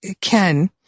Ken